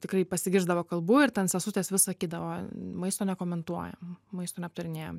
tikrai pasigirsdavo kalbų ir ten sesutės vis sakydavo maisto nekomentuojam maisto neaptarinėjam